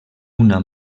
una